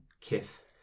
kith